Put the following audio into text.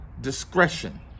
discretion